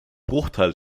bruchteil